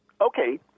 Okay